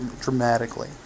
dramatically